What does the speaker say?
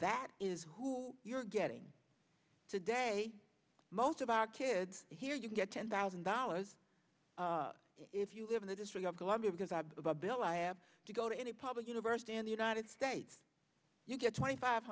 that is who you're getting today most of our kids here you get ten thousand dollars if you live in the district of columbia because i bill i have to go to any public university in the united states you get twenty five